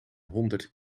honderd